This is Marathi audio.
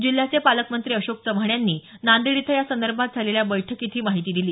जिल्ह्याचे पालकमंत्री अशोक चव्हाण यांनी नांदेड इथं यासंदर्भात झालेल्या बैठकीत ही माहिती दिली